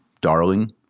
darling